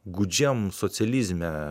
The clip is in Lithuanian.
gūdžiam socializme